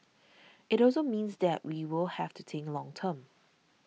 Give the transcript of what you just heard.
it also means that we will have to think long term